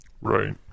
Right